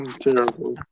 Terrible